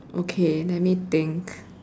okay let me think